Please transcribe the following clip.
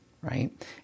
right